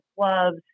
gloves